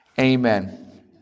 Amen